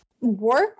work